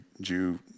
Jew